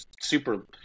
super